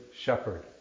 shepherd